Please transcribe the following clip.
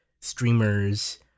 streamers